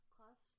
Class